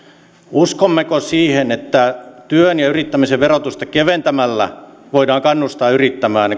uskommeko siihen että työn ja yrittämisen verotusta keventämällä voidaan kannustaa yrittämään